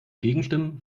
gegenstimmen